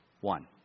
One